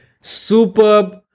superb